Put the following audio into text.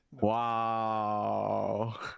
wow